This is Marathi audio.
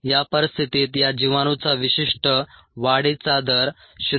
या परिस्थितीत या जिवाणूचा विशिष्ट वाढीचा दर 0